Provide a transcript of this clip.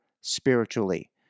spiritually